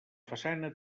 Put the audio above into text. façana